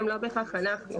שהן לא בהכרח אנחנו.